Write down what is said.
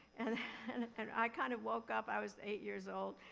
and and and i kind of woke up, i was eight years old,